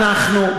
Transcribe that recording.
אנחנו,